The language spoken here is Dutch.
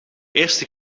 eerste